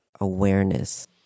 awareness